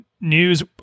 news